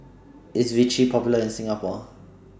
IS Vichy Popular in Singapore